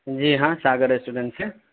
جی ہاں ساگر ریسٹورنٹ سے